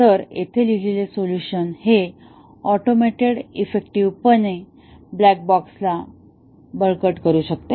तर येथे लिहिलेले सोलुशन हे ऑटोमेटेड एफ्फेक्टिव्ह पणे ब्लॅक बॉक्सला बळकट करू शकते